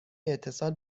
اتصال